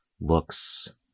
looks